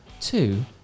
two